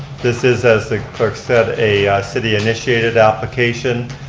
this is, as the clerk said, a city initiated application.